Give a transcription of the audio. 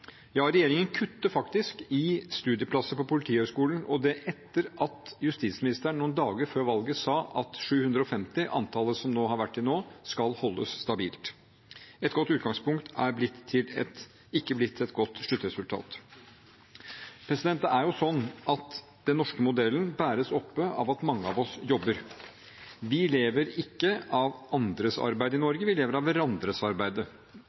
Regjeringen kutter faktisk i studieplasser på Politihøgskolen – og det etter at justisministeren noen dager før valget sa at det antallet som har vært til nå, 750, skal holdes stabilt. Et godt utgangspunkt er ikke blitt til et godt sluttresultat. Det er sånn at den norske modellen bæres oppe av at mange av oss jobber. Vi lever ikke av andres arbeid i Norge, vil lever av hverandres arbeid.